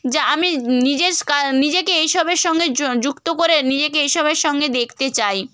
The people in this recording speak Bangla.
যা আমি নিজেস কা নিজেকে এই সবের সঙ্গে য যুক্ত করে নিজেকে এই সবের সঙ্গে দেখতে চাই